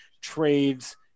trades